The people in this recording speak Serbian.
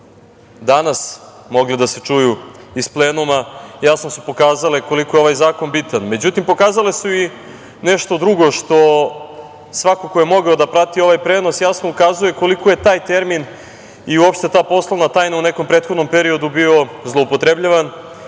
danas mogle da se čuju iz plenuma jasno su pokazale koliko je ovaj zakon bitan.Međutim, pokazale su i nešto drugo što svako ko je mogao da prati ovaj prenos jasno ukazuje koliko je taj termin i uopšte ta poslovna tajan u nekom prethodnom periodu bio zloupotrebljavan,